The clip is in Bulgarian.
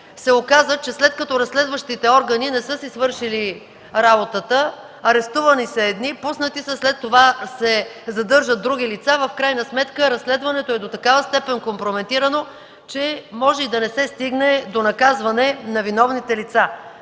се оказва, че след като разследващите органи не са си свършили работата – арестувани са едни, пуснати са, след това се задържат други лица, в крайна сметка разследването е до такава степен компрометирано, че може и да не се стигне до наказване на виновните лица.